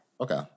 Okay